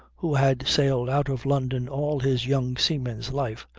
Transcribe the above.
who had sailed out of london all his young seaman's life,